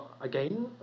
Again